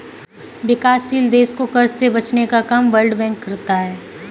विकासशील देश को कर्ज से बचने का काम वर्ल्ड बैंक करता है